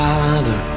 Father